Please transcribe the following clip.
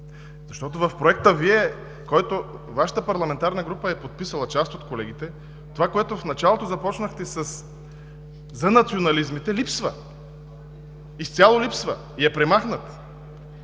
внесли. В Проекта Вашата парламентарна група е подписала, част от колегите, това, което в началото започнахте – за национализмите, липсва, изцяло липсва и е премахнато.